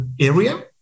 area